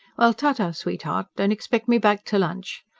well, ta-ta, sweetheart! don't expect me back to lunch.